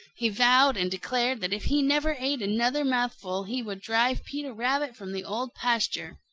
he vowed and declared that if he never ate another mouthful he would drive peter rabbit from the old pasture.